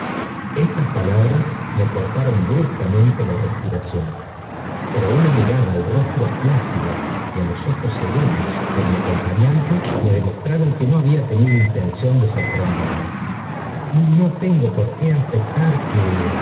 estas palabras me cortaron bruscamente la respiración pero una mirada al rostro plácido y á ios ojos serenos de mi acompañante me demostré y ron que no había tenido intención de sorprenderme jío tengo por qué afectar que